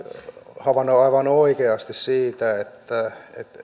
havainnoi aivan oikeasti siitä että